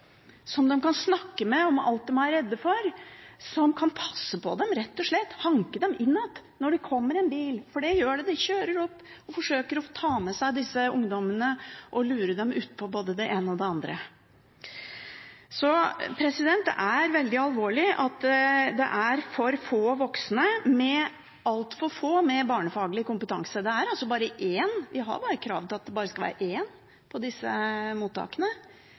som de kan snakke med om alt de er redde for, som kan passe på dem rett og slett, hanke dem inn igjen når det kommer en bil – for det gjør det, en kjører opp og forsøker å ta med seg disse ungdommene og lure dem utpå både det ene og det andre. Det er veldig alvorlig at det er altfor få voksne med barnefaglig kompetanse. Vi har altså krav om at det bare skal være én på disse mottakene.